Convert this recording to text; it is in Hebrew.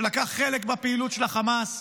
שלקח חלק בפעילות של החמאס,